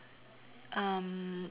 um